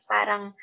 Parang